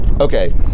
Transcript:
Okay